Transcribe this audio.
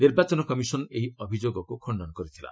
ନିର୍ବାଚନ କମିଶନ୍ ଏହି ଅଭିଯୋଗକୁ ଖଖନ କରିଥିଲା